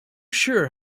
sure